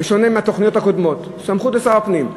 בשונה מהתוכניות הקודמות, סמכות לשר הפנים.